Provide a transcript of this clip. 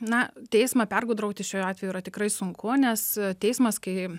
na teismą pergudrauti šiuo atveju yra tikrai sunku nes teismas kai